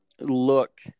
look